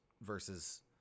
versus